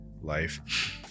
life